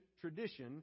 tradition